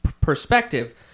perspective